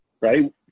right